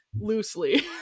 loosely